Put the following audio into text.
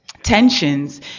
tensions